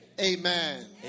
amen